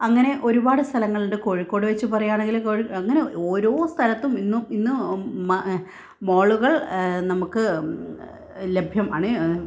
അങ്ങനെ ഒരുപാട് സ്ഥലങ്ങളുണ്ട് കോഴിക്കോട് വെച്ച് പറയുകയാണെങ്കിൽ അങ്ങനെ ഓരോ സ്ഥലത്തും ഇന്നും ഇന്ന് മോളുകൾ നമുക്ക് ലഭ്യമാണ്